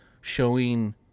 showing